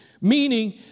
Meaning